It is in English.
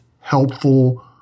helpful